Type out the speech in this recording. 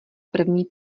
první